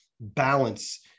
balance